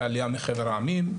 העלייה מחבר העמים,